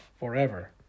forever